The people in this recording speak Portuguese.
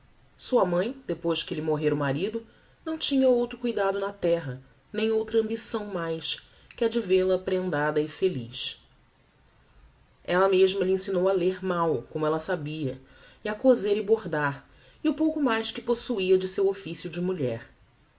sua mãe depois que lhe morrera o marido não tinha outro cuidado na terra nem outra ambição mais que a de ve la prendada e feliz ella mesma lhe ensinou a ler mal como ella sabia e a coser e bordar e o pouco mais que possuia de seu officio de mulher